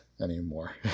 anymore